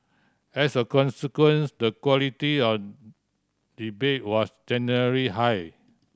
as a consequence the quality of debate was generally high